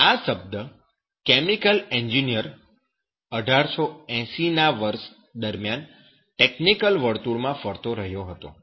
આ શબ્દ chemical engineer 1880 ના વર્ષ દરમિયાન ટેકનિકલ વર્તુળો માં ફરતો રહયો હતો